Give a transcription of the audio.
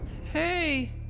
Hey